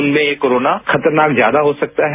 उनमें ये कोरोना खतरनाक ज्यादा हो सकता है